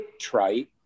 trite